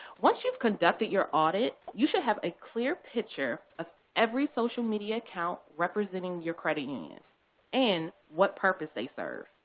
once you've conducted your audit, you should have a clear picture of every social media account representing your credit union and what purpose they serve.